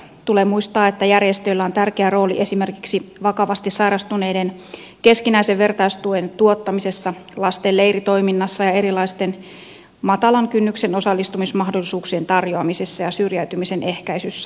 tulee muistaa että järjestöillä on tärkeä rooli esimerkiksi vakavasti sairastuneiden keskinäisen vertaistuen tuottamisessa lasten leiritoiminnassa ja erilaisten matalan kynnyksen osallistumismahdollisuuksien tarjoamisessa ja syrjäytymisen ehkäisyssä